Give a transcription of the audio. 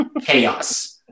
chaos